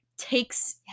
takes